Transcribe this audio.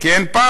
כי אין פרטנר.